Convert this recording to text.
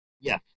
Yes